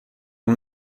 اون